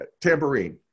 tambourine